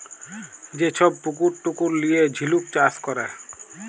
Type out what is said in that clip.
যে ছব পুকুর টুকুর লিঁয়ে ঝিলুক চাষ ক্যরে